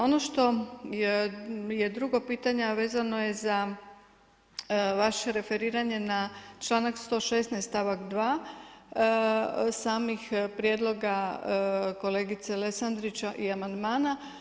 Ono što je drugo pitanje a vezano je za vaše referiranje na članak 116. stavak 2. samih prijedloga kolegice Lesandrić i amandmana.